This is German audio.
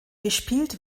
gespielt